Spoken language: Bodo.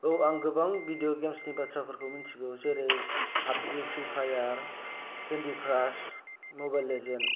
औ आं गोबां भिदिअ गेम्सनि बाथ्रा फोरखौ मिथिगौ जेरै फाबजि प्रिपायार केन्दि क्रास मबाइल लेजेन्द